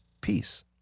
peace